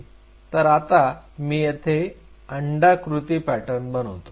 तर आता मी येते अंडाकृती पॅटर्न बनवतो